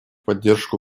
поддержку